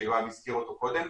שיואב הזכיר אותו קודם,